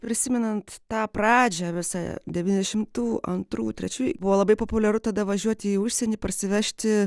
prisimenant tą pradžią visą devyniasdešimtų antrų trečių buvo labai populiaru tada važiuoti į užsienį parsivežti